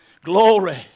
Glory